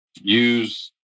use